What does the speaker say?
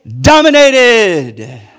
dominated